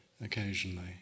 occasionally